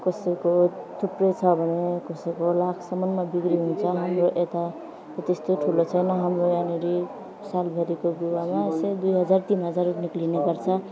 कसैको थुप्रै छ भने कसैको लाखसम्ममा बिक्री हुन्छ हाम्रो यता त त्यस्तो ठुलो छैन हाम्रो यहाँनिर सालभरिको गुवामा यस्तै दुई हजार तिन हजार रुपियाँ निस्कने गर्छ